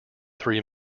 three